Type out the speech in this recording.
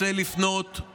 אני מפה רוצה לפנות דווקא,